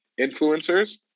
influencers